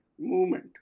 movement